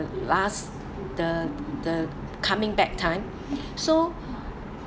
last the the coming back time so